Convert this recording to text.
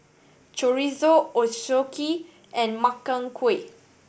Chorizo Ochazuke and Makchang Gui